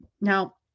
Now